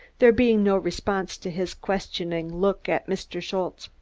there being no response to his questioning look at mr. schultze.